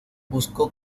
buscó